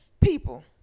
people